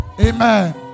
Amen